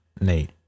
Nate